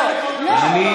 בואו נקשיב.